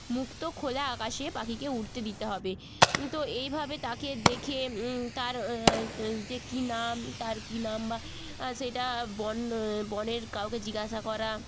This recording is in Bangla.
মুক্ত খোলা আকাশে পাখিকে উড়তে দিতে হবে তো এইভাবে তাকে দেখে তার যে কী নাম তার কী নাম বা সেটা বন বনের কাউকে জিজ্ঞাসা করা